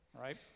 right